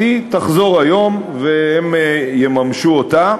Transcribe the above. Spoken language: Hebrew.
אז היא תחזור היום והן יממשו אותה.